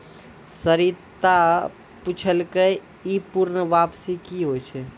सरिता पुछलकै ई पूर्ण वापसी कि होय छै?